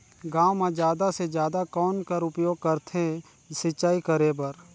गांव म जादा से जादा कौन कर उपयोग करथे सिंचाई करे बर?